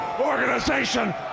Organization